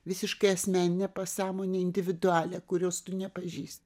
visiškai asmeninę pasąmonę individualią kurios tu nepažįsti